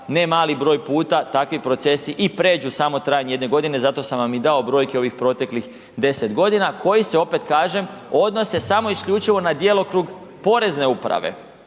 ne mali broj puta takvi procesi i pređu samo trajanje jedne godine, zato sam vam i dao brojke ovih proteklih 10 godina, koji se opet kažem, odnose samo isključivo na djelokrug porezne uprave